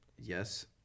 Yes